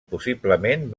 possiblement